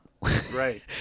Right